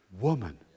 woman